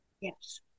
Yes